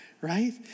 right